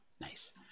nice